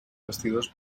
vestidors